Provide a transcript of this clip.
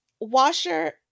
Washer